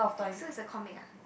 so is a comic ah